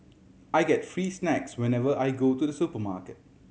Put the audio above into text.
I get free snacks whenever I go to the supermarket